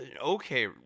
okay